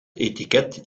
etiket